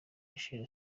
micheal